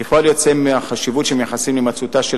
כפועל יוצא מהחשיבות שמייחסים להימצאותה של